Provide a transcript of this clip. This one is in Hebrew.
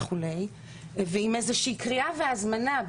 ועם איזושהי קריאה והזמנה,